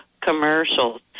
commercials